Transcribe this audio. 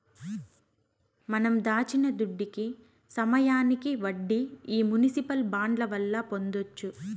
మనం దాచిన దుడ్డుకి సమయానికి వడ్డీ ఈ మునిసిపల్ బాండ్ల వల్ల పొందొచ్చు